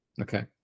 Okay